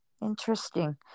interesting